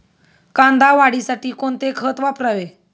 कांदा वाढीसाठी कोणते खत वापरावे?